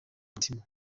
mutima